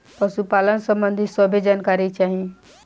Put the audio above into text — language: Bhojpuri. पशुपालन सबंधी सभे जानकारी चाही?